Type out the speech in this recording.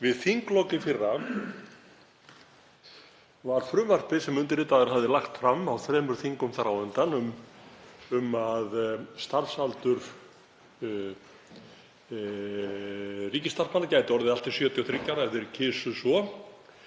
Við þinglok í fyrra var frumvarpi, sem undirritaður hafði lagt fram á þremur þingum þar á undan, um að starfslokaaldur ríkisstarfsmanna gæti orðið allt að 73 ár, ef þeir kysu svo,